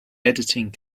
editing